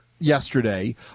yesterday